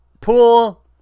pool